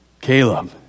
Caleb